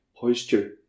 posture